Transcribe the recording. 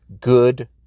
good